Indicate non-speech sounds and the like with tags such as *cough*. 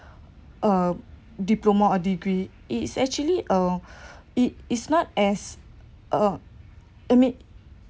*breath* a diploma or degree it's actually uh *breath* it is not as uh I mean